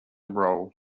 role